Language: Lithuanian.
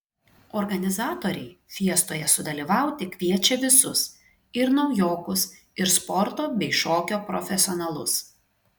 organizatoriai fiestoje sudalyvauti kviečia visus ir naujokus ir sporto bei šokio profesionalus